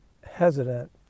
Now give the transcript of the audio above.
hesitant